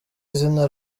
izina